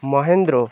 Mahindra